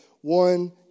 one